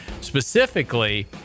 specifically